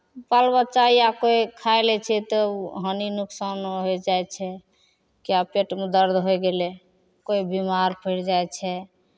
बाल बच्चा या कोइ खाए लै छै तऽ ओ हानि नुकसान होय जाइ छै किए पेटमे दर्द होय गेलै कोइ बीमार पड़ि जाइ छै